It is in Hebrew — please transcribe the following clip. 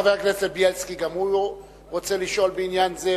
חבר הכנסת בילסקי גם הוא רוצה לשאול בעניין זה,